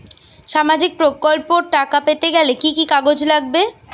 সামাজিক প্রকল্পর টাকা পেতে গেলে কি কি কাগজ লাগবে?